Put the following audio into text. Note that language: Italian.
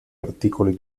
articoli